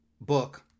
book